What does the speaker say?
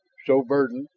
so burdened,